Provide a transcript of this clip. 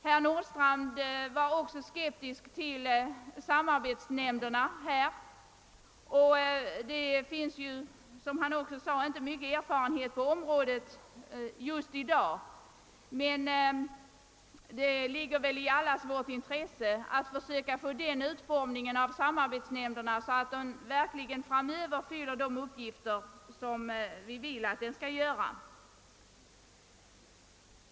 Herr Nordstrandh ställde sig skeptisk till samarbetsnämnderna, och det finns ju — som han också sade — inte mycken erfarenhet på området just i dag. Emellertid ligger det väl i allas vårt intresse att försöka få en sådan utformning av samarbetsnämnderna att de framöver verkligen fyller de avsedda uppgifterna.